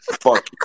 Fuck